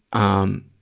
um,